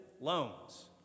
loans